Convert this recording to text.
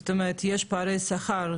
זאת אומרת יש פערי שכר,